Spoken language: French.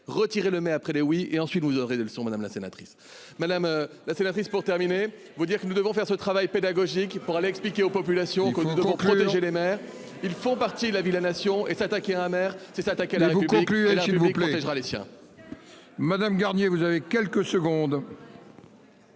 retirer le mais après le. Hé oui et ensuite vous aurez des leçons madame la sénatrice, madame la sénatrice, pour terminer, vous dire que nous devons faire ce travail pédagogique, il pourra l'expliquer aux populations. Pour protéger les mères. Ils font partie la la nation et s'attaquer un maire, c'est s'attaquer la vous conclut-elle vous plongera les siens. Madame Garnier vous avez quelques secondes.